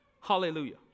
Hallelujah